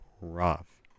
rough